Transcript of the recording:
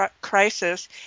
crisis